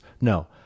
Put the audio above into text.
No